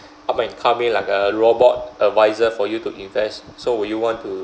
up and coming like a robot advisor for you to invest so will you want to